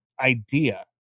idea